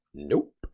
Nope